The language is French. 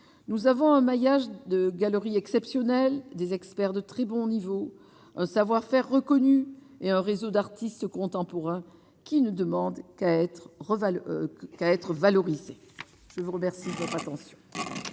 nous avons un maillage de galeries exceptionnel des experts de très bon niveau, un savoir-faire reconnu et un réseau d'artistes contemporains qui ne demandent qu'à être Revel qu'être valorisé je vous Robert.